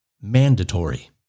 Mandatory